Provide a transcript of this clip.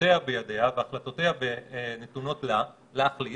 עתותיה בידיה והחלטותיה נתונות לה להחליט